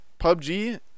PUBG